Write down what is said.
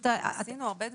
עשינו הרבה דברים.